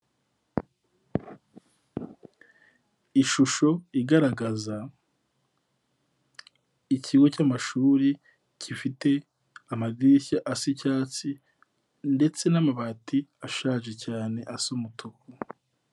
Ishusho igaragaza ikigo cy'amashuri gifite amadirishya asa icyatsi ndetse n'amabati ashaje cyane asa umutuku.